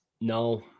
no